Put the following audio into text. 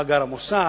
מאגר המוסד,